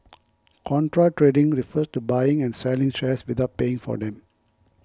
contra trading refers to buying and selling shares without paying for them